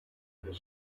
that